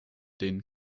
den